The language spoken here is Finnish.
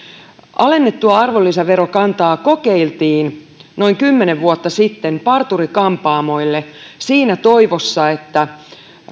alennettua arvonlisäverokantaa kokeiltiin noin kymmenen vuotta sitten parturi kampaamoille siinä toivossa